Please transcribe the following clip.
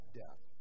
death